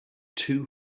too